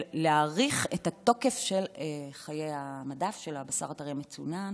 להאריך את התוקף של חיי המדף של הבשר הטרי המצונן.